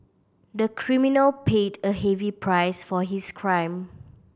the criminal paid a heavy price for his crime